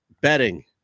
betting